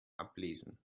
ablesen